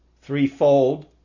threefold